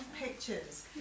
pictures